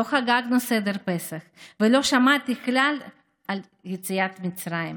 לא חגגנו סדר פסח ולא שמעתי כלל על יציאת מצרים,